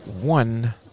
one